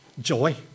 joy